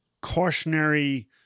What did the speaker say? cautionary